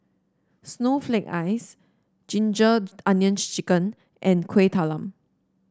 Snowflake Ice Ginger Onions chicken and Kueh Talam